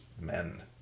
men